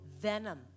venom